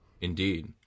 Indeed